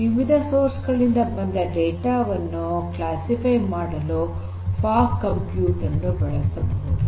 ವಿವಿಧ ಸೋರ್ಸ್ ಗಳಿಂದ ಬಂದ ಡೇಟಾ ವನ್ನು ಕ್ಲಾಸಿಫೈ ಮಾಡಲು ಫಾಗ್ ಕಂಪ್ಯೂಟಿಂಗ್ ಅನ್ನು ಬಳಸಬಹುದು